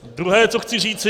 Druhé, co chci říci.